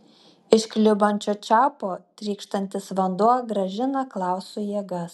iš klibančio čiaupo trykštantis vanduo grąžina klausui jėgas